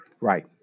Right